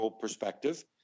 perspective